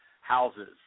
houses